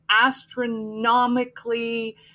astronomically